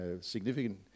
significant